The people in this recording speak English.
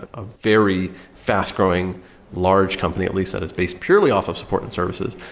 a very fast-growing large company, at least that it's based purely off of supporting services.